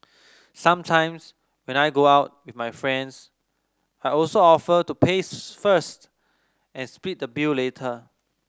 sometimes when I go out with my friends I also offer to pay first and split the bill later